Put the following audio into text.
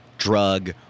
drug